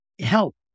help